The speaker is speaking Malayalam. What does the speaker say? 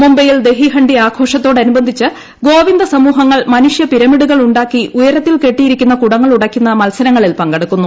മുംബൈയിൽ ദഹി ഹണ്ഡി ആഘോഷത്തോടനുബന്ധിച്ച് ഗോവിന്ദു സിമൂഹങ്ങൾ മനുഷ്യ പിരമിഡുകൾ ഉണ്ടാക്കി ഉയരത്തിൽ കെട്ടിയിരിക്കുന്ന കുടങ്ങൾ ഉടയ്ക്കുന്ന മത്സരങ്ങളിൽ പങ്കെട്ടുക്കുന്നു